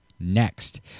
Next